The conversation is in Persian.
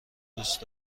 دوست